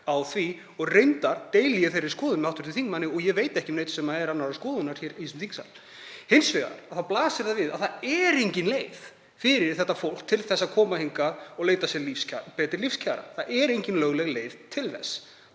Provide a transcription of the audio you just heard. á því og reyndar deili ég þeirri skoðun með hv. þingmanni og ég veit ekki um neinn sem er annarrar skoðunar hér í þingsal. Hins vegar blasir við að það er engin leið fyrir þetta fólk til að koma hingað og leita betri lífskjara. Það er engin lögleg leið til þess.